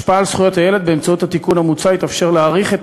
השפעה על זכויות הילד: באמצעות התיקון המוצע יתאפשר להאריך את